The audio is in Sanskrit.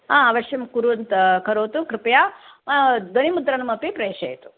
अवश्यं कुर्वन्तु करोतु कृपया ध्वनिमुद्रणमपि प्रेषयतु